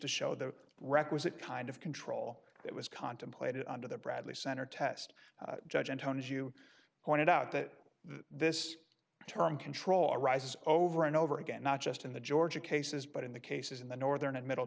to show the requisite kind of control that was contemplated under the bradley center test judge and tone as you pointed out that this term control arises over and over again not just in the ga cases but in the cases in the northern and middle